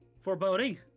foreboding